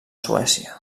suècia